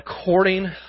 according